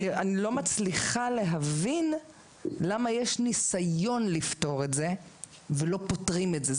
אני לא מצליחה להבין למה יש ניסיון לפתור את זה ולא פותרים את זה.